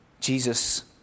Jesus